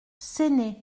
séné